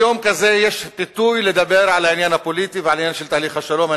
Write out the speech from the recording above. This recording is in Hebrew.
ביום כזה יש פיתוי לדבר על העניין הפוליטי ועל העניין של תהליך השלום.